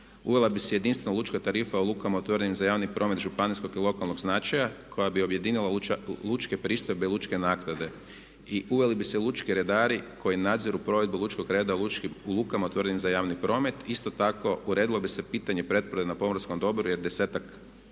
Uvela bi se jedinstvena lučka tarifa u lukama otvorenim za javni promet županijskog i lokalnog značaja koja bi objedinila lučke pristojbe, lučke naknade. I uveli bi se lučki redari koji nadziru provedbu lučkog …/Govornik se ne razumije./… u lukama otvorenim za javni promet. Isto tako uredilo bi se pitanje …/Govornik se ne razumije./…na pomorskom dobru jer 10-ak